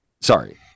Sorry